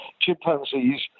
chimpanzees